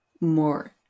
more